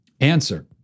Answer